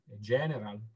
general